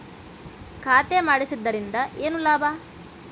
ಖಾತೆ ಮಾಡಿಸಿದ್ದರಿಂದ ಏನು ಲಾಭ?